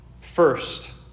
first